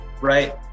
right